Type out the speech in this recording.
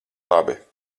labi